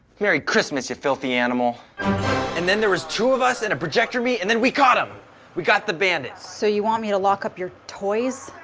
merry christmas you filthy animal and then there was two of us and a projector me and then we caught him we got the bandits. so you want me to lock up your toys?